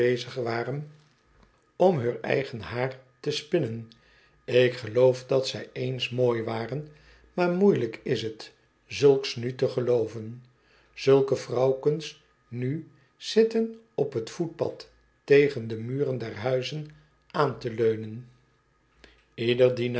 bezig waren om heur eigen haar te spinnen ik geloof dat zij eens mooi waren maar moeielijk is t zulks nu te gelooven zulke vrouwkens nu zitten op t voetpad tegen de muren der huizen aan te leunen